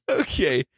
okay